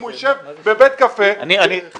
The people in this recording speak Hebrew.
אם הוא ישב בבית קפה --- סליחה,